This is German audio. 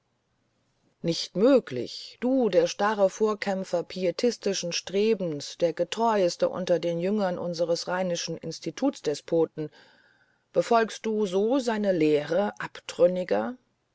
nicht möglich du der starre vorkämpfer pietistischen strebens der getreueste unter den jüngern unseres rheinischen institutsdespoten befolgst du so seine lehren abtrünniger